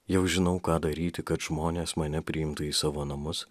jau žinau ką daryti kad žmonės mane priimtų į savo namus